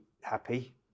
happy